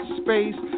space